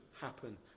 happen